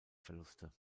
verluste